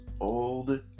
old